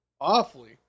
awfully